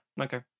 okay